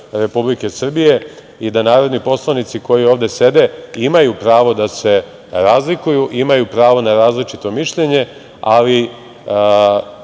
Republike Srbije i da narodni poslanici koji ovde sede imaju pravo da se razlikuju, imaju pravo na različito mišljenje, ali